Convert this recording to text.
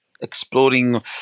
exploring